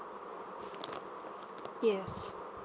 yes